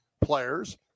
players